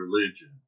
religion